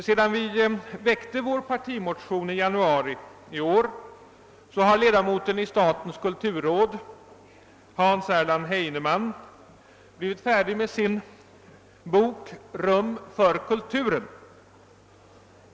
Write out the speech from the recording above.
Sedan vi väckte vår partimotion i januari i år har ledamoten i statens kulturråd Hans-Erland Heineman givit ut en bok, »Rum för kulturen».